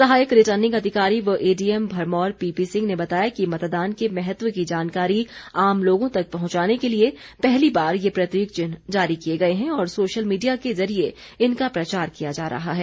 सहायक रिर्टनिंग अधिकारी व एडीएम भरमौर पीपी सिंह ने बताया कि मतदान के महत्व की जानकारी आम लोगों तक पहुंचाने के लिए पहली बार ये प्रतीक चिन्ह जारी किए गए हैं और सोशल मीडिया के जरिए इनका प्रचार किया जा रहा है